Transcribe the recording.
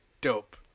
dope